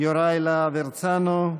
יוראי להב הרצנו.